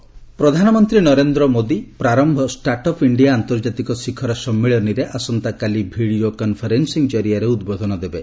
PM Prarambh ପ୍ରଧାନମନ୍ତ୍ରୀ Narendra Modi 'Prarambh start up India ଆନ୍ତର୍ଜାତିକ ଶିଖର ସମ୍ମିଳନୀ'ରେ ଆସନ୍ତାକାଲି ଭିଡ଼ିଓ କନ୍ଫରେନ୍ସିଂ ମାଧ୍ୟମରେ ଉଦ୍ବୋଧନ ଦେବେ